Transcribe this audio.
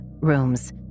rooms